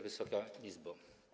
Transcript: Wysoka Izbo!